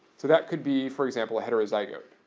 so that could be, for example, a heterozygote.